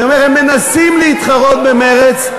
אני אומר שהם מנסים להתחרות במרצ,